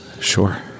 sure